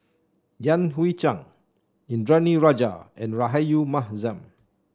Yan Hui Chang Indranee Rajah and Rahayu Mahzam